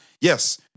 yes